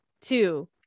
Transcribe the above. two